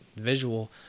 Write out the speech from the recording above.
visual